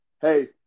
Hey